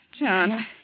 John